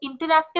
interactive